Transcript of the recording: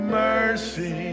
mercy